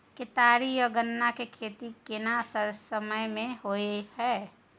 केतारी आ गन्ना के खेती केना समय में होयत या?